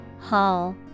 Hall